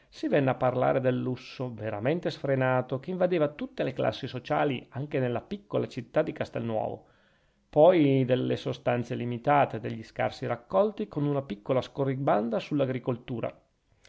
si venne a parlare del lusso veramente sfrenato che invadeva tutte le classi sociali anche nella piccola città di castelnuovo poi delle sostanze limitate degli scarsi raccolti con una piccola scorribanda sull'agricoltura